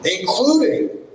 including